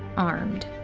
armed.